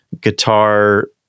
guitar